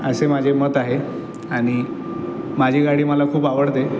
असे माझे मत आहे आणि माझी गाडी मला खूप आवडते